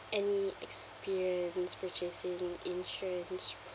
any experience purchasing an insurance